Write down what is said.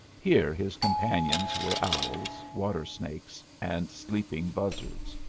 here his companions were owls, water-snakes, and sleeping buzzards.